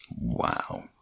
Wow